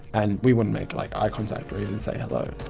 and we wouldn't make like eye contact or even say hello.